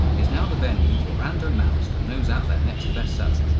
is now the venue for random mouse to nose out their next bestseller.